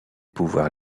pouvoir